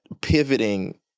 pivoting